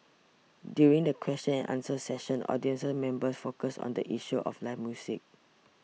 during the question and answer session audience members focused on the issue of live music